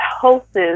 hosts